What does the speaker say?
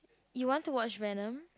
you want to watch Venom